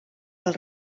pel